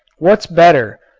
what's better,